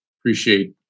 appreciate